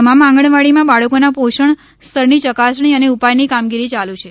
તમામ આંગણવાડીમાં બાળકીના પોષણ સ્તરની ચકાસણી અને ઉપાયની કામગીરી યાલુ છે